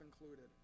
included